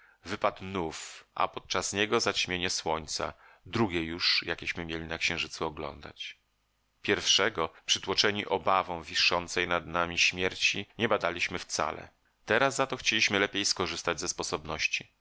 nów a podczas niego zaćmienie słońca drugie już jakieśmy mieli na księżycu oglądać pierwszego przytłoczeni obawą wiszącej nad nami śmierci nie badaliśmy wcale teraz za to chcieliśmy lepiej skorzystać ze sposobności